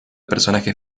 personajes